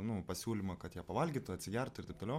nu pasiūlymą kad jie pavalgytų atsigertų ir taip toliau